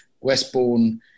Westbourne